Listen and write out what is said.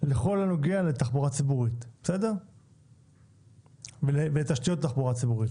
לכל הנוגע לתחבורה ציבורית ולתשתיות תחבורה ציבורית.